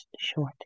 short